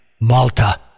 malta